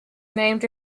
named